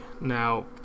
Now